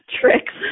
tricks